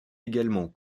également